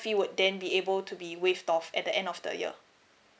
fee would then be able to be waived off at the end of the year